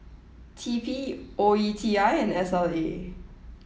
T P O E T I and S L A